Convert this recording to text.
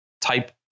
type